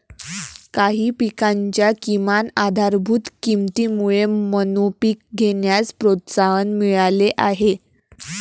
काही पिकांच्या किमान आधारभूत किमतीमुळे मोनोपीक घेण्यास प्रोत्साहन मिळाले आहे